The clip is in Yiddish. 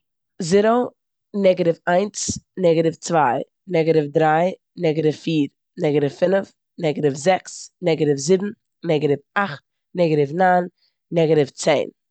זערא, נעגעטיוו איינס, נעגעטיוו צוויי, נעגעטיוו דריי, נעגעטיוו פיר, נעגעטיוו פינף, נעגעטיוו זעקס, נעגעטיוו זיבן, נעגעטיוו אכט, נעגעטיוו ניין, נעגעטיוו צען.